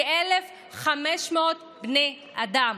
כ-1,500 בני אדם.